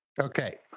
Okay